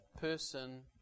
person